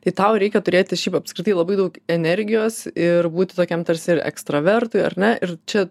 tai tau reikia turėti šiaip apskritai labai daug energijos ir būti tokiam tarsi ir ekstravertui ar ne ir čia